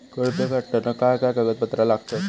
कर्ज काढताना काय काय कागदपत्रा लागतत?